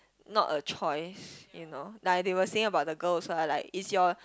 not a choice you know like they were saying about the girls lah like it's your